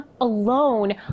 alone